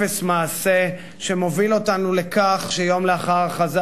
אפס מעשה שמוביל אותנו לכך שיום לאחר ההכרזה